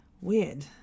weird